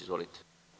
Izvolite.